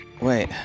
Wait